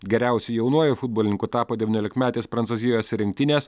geriausiu jaunuoju futbolininku tapo devyniolikmetės prancūzijos rinktinės